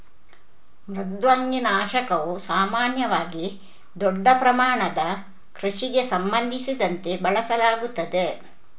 ಮೃದ್ವಂಗಿ ನಾಶಕವು ಸಾಮಾನ್ಯವಾಗಿ ದೊಡ್ಡ ಪ್ರಮಾಣದ ಕೃಷಿಗೆ ಸಂಬಂಧಿಸಿದಂತೆ ಬಳಸಲಾಗುತ್ತದೆ